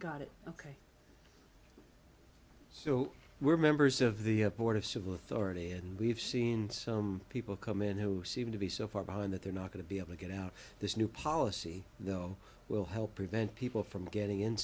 got it ok so we're members of the board of civil authority and we've seen some people come in who seem to be so far behind that they're not going to be able to get out this new policy though will help prevent people from getting in